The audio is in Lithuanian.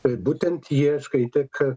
i būtent jie skaitė kad